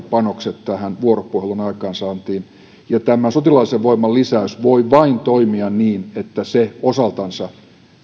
panokset tähän vuoropuhelun aikaansaantiin ja että tämä sotilaallisen voiman lisäys voi toimia vain niin että se osaltansa